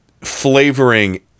flavoring